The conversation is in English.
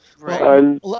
Right